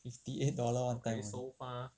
fifty eight dollar one time only